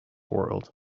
world